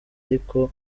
ariko